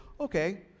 Okay